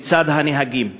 מצד הנהגים.